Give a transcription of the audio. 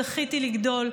זכיתי לגדול.